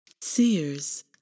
Seers